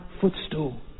footstool